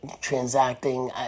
transacting